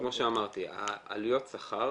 אז כמו שאמרתי, העלויות שכר